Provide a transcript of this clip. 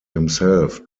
himself